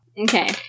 Okay